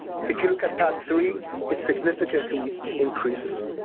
if you look ah padd three it significantly increases,